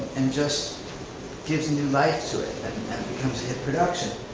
and just gives new life to it and becomes a hit production.